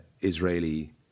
israeli